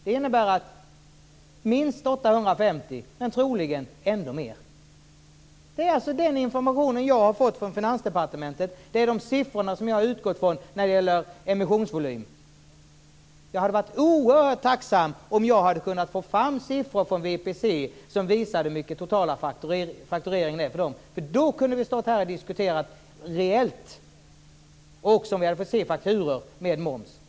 Det innebär minst 850 miljoner men troligen ännu mer. Det är den information som jag har fått från Finansdepartementet. Det är de siffror som jag har utgått från när det gäller emissionsvolym. Jag hade varit oerhört tacksam om jag hade kunnat få fram siffror från VPC som visar hur mycket den totala faktureringen är för dem. Då hade vi kunnat stå här och diskutera reellt. Detsamma gäller om vi hade kunnat få se fakturor med moms.